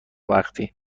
وقتی